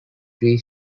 three